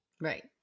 right